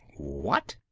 what?